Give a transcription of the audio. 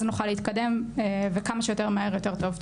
אז נוכל להתקדם וכמה שיותר מהר יותר טוב.